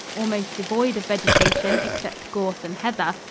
almost devoid of vegetation except gorse and heather,